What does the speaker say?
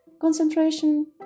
Concentration